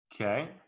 Okay